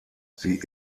sie